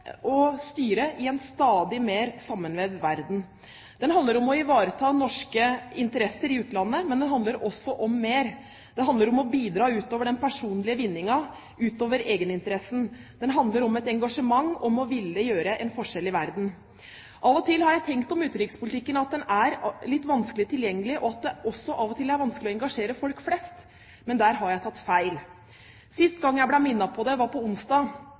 styre i en stadig mer sammenvevd verden. Det handler om å ivareta norske interesser i utlandet, men det handler også om mer. Det handler om å bidra utover den personlige vinningen, utover egeninteressen. Det handler om et engasjement om å ville gjøre en forskjell i verden. Av og til har jeg tenkt om utenrikspolitikken at den er litt vanskelig tilgjengelig, og at det også av og til er vanskelig å engasjere folk flest. Men der har jeg tatt feil. Sist gang jeg ble minnet på det, var på onsdag,